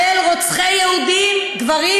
הילדים שלנו.